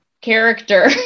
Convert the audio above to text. character